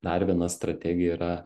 dar viena strategija yra